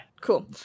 Cool